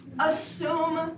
assume